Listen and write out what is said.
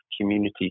community